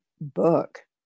book